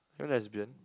are you lesbian